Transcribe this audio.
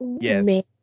Yes